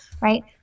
right